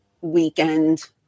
weekend